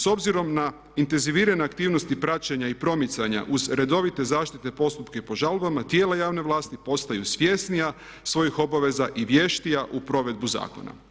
S obzirom na intenzivirane aktivnosti praćenja i promicanja uz redovite zaštitne postupke pod žalbama, tijela javne vlasti postaju svjesnija svojih obaveza i vještija u provedbu zakona.